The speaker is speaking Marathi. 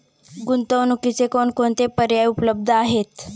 गुंतवणुकीचे कोणकोणते पर्याय उपलब्ध आहेत?